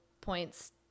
points